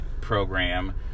program